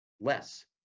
less